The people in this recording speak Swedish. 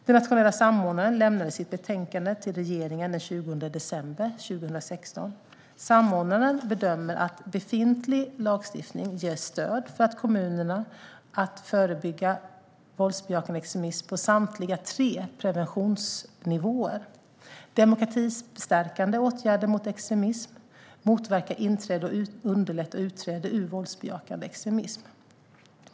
Den nationella samordnaren lämnade sitt betänkande till regeringen den 20 december 2016. Samordnaren bedömer att befintlig lagstiftning ger stöd för kommunerna att förebygga våldsbejakande extremism på samtliga tre preventionsnivåer: demokratistärkande åtgärder mot extremism, att motverka inträde och att underlätta utträde ur våldsbejakande extremism.